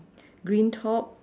green top